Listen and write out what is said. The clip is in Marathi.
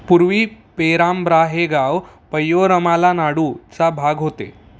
पूर्वी पेरांब्रा हे गाव पय्योरमाला नाडू चा भाग होते